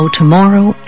Tomorrow